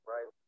Right